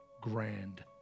grand